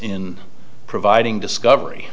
in providing discovery